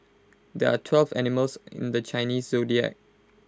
there are twelve animals in the Chinese Zodiac